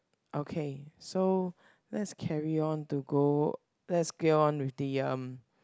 okay so let's carry on to go let's get on with the um